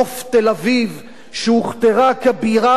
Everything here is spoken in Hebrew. שהוכתרה כבירה הגאה של משרד החוץ.